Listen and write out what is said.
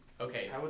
Okay